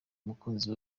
umukunzi